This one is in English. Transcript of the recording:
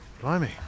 blimey